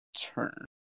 turn